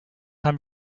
haben